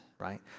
right